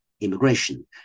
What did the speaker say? immigration